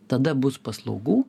tada bus paslaugų